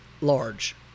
large